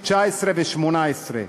19 ו-18 שקלים.